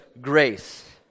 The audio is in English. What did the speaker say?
grace